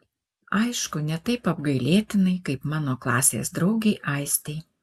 aišku ne taip apgailėtinai kaip mano klasės draugei aistei